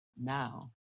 now